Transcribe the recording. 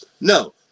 No